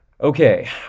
Okay